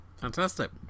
Fantastic